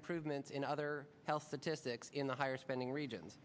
improvements in other health statistics in the higher spending regions